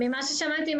ממה ששמעתי,